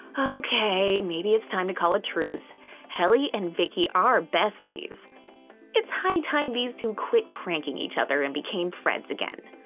okay maybe it's time to call a truce helly and vicky are besties it's high time these to quit pranking each other and became friends again